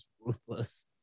ruthless